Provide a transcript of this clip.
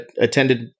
attended